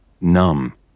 numb